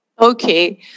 Okay